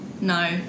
No